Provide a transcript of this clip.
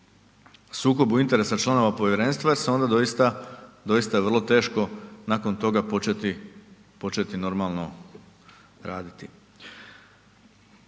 sukoba interesa članova povjerenstva jer se onda doista vrlo teško nakon toga početi normalno raditi.